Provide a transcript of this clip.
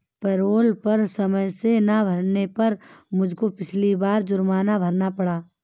payroll कर समय से ना भरने पर मुझको पिछली बार जुर्माना भरना पड़ा था